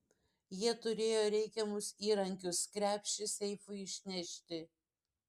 jie turėjo reikiamus įrankius krepšį seifui išnešti